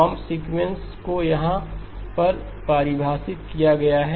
कोंब sequence को यहां पर परिभाषित किया गया है